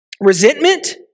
resentment